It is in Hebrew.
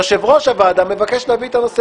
יושב-ראש הוועדה מבקש להביא את הנושא